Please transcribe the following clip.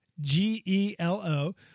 G-E-L-O